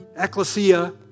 Ecclesia